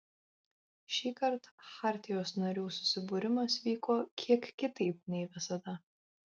šįkart chartijos narių susibūrimas vyko kiek kitaip nei visada